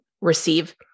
receive